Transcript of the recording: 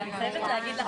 אני לא יכול לדעת,